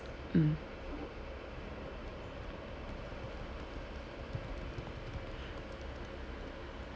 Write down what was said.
mm